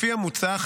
לפי המוצע,